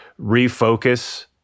refocus